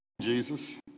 Jesus